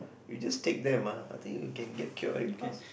you just take them ah I think you can get cured very fast